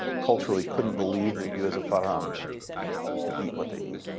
culturally couldn't believe that you as a farang can eat what they eat.